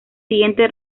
siguiente